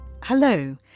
Hello